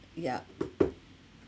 yup